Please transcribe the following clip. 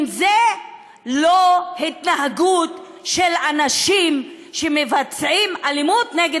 האם זאת לא התנהגות של אנשים שמבצעים אלימות נגד